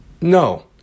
No